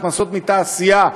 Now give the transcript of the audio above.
הכנסות מתעשייה,